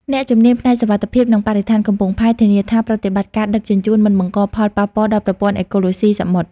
អ្នកជំនាញផ្នែកសុវត្ថិភាព និងបរិស្ថានកំពង់ផែ ធានាថាប្រតិបត្តិការដឹកជញ្ជូនមិនបង្កផលប៉ះពាល់ដល់ប្រព័ន្ធអេកូឡូស៊ីសមុទ្រ។